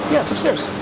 yeah it's upstairs.